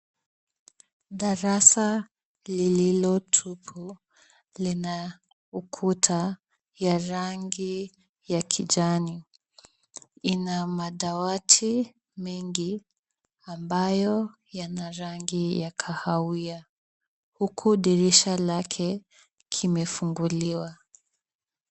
Darasa lililo tupu, lina ukuta ya rangi ya kijani. Ina madawati mengi ambayo yana rangi ya kahawia huku dirisha lake kimefunguliwa.